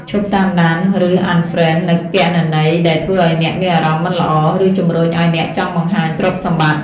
ឈប់តាមដាន ឬ Unfriend នូវគណនីដែលធ្វើឱ្យអ្នកមានអារម្មណ៍មិនល្អ ឬជំរុញឱ្យអ្នកចង់បង្ហាញទ្រព្យសម្បត្តិ។